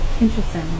Interesting